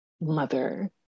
mother